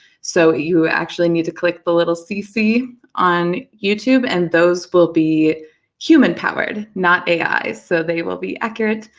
so you actually need to click the little cc on youtube, and those will be human-powered, not ai, so they will be accurate,